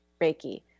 Reiki